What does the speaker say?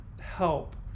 help